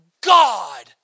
God